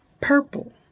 purple